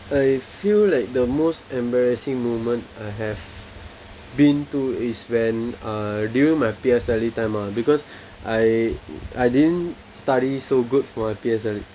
I feel like the most embarrassing moment I have been to is when uh during my P_S_L_E time ah because I I didn't study so good for my P_S_L_E